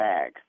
Bag